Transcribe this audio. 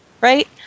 Right